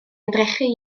ymdrechu